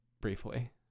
briefly